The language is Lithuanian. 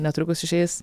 netrukus išeis